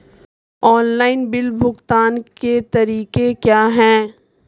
Online bill भुगतान के तरीके क्या हैं?